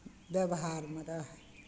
व्यवहारमे रहय